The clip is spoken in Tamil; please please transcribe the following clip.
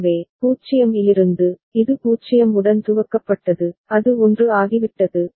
எனவே 0 இலிருந்து இது 0 உடன் துவக்கப்பட்டது அது 1 ஆகிவிட்டது